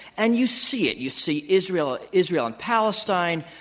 and you see it. you see israel israel and palestine,